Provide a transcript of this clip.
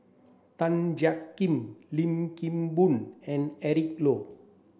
Tan Jiak Kim Lim Kim Boon and Eric Low